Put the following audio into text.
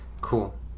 Cool